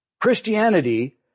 Christianity